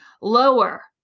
lower